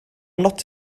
not